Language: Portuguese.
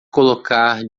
colocar